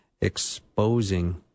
exposing